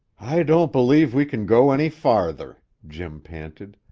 i don't believe we can go any farther, jim panted.